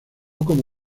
como